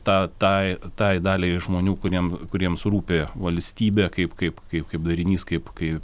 tą tai tai daliai žmonių kuriem kuriems rūpi valstybė kaip kaip kai kaip darinys kaip kai